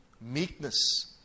meekness